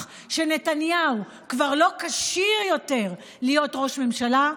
שנתניהו כבר לא כשיר יותר להיות ראש ממשלה,